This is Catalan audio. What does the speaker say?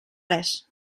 res